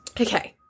Okay